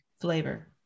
Flavor